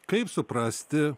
kaip suprasti